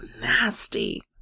nasty